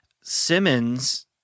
Simmons